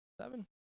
seven